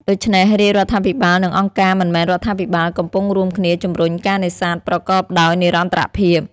ដូច្នេះ រាជរដ្ឋាភិបាលនិងអង្គការមិនមែនរដ្ឋាភិបាលកំពុងរួមគ្នាជំរុញការនេសាទប្រកបដោយនិរន្តរភាព។